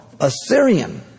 Assyrian